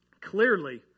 Clearly